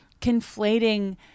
conflating